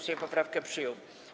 Sejm poprawkę przyjął.